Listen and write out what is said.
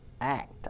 act